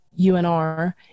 UNR